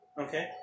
Okay